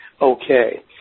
okay